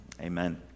amen